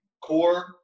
core